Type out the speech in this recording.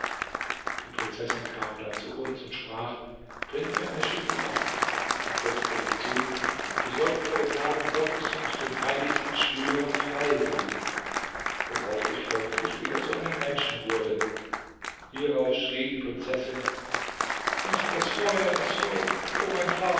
die prinzessin kam dann zu uns und sprach bringt mir eine schüssel wasser und setzte hinzu du sollst bei dem namen gottes und den heiligsten schwüren frei sein worauf ich folglich wieder zu einem menschen wurde hierauf schrie die prinzessin ach das feuer das feuer o mein vater